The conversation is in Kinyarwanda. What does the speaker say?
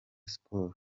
sports